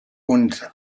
und